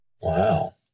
Wow